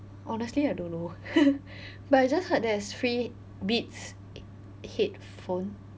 honestly I don't know but I just heard there's free Beats headphones